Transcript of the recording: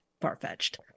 far-fetched